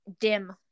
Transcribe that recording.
dim